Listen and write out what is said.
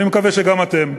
אני מקווה שגם אתם,